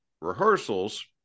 rehearsals